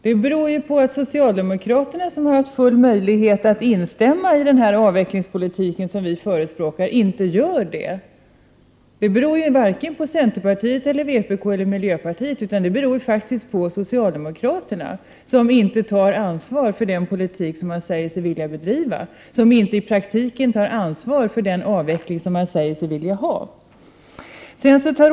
Det beror ju på att socialdemokraterna, som har haft full möjlighet att instämma i den avvecklingspolitik vi förespråkar, inte gör det. Det beror varken på centerpartiet, miljöpartiet eller vpk, utan det beror faktiskt på socialdemokraterna, som inte tar ansvar för den politik som man säger sig vilja bedriva och inte i praktiken tar ansvar för den avveckling man säger sig vilja ha.